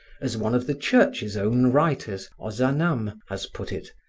as one of the church's own writers, ozanam, has put it,